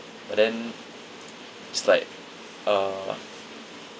but then it's like uh